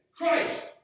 Christ